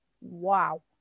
Wow